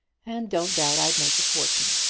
and don't doubt i'd make a fortune.